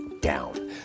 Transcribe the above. down